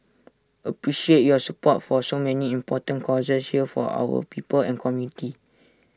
appreciate your support for so many important causes here for our people and community